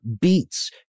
beats